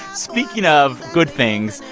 speaking of good things,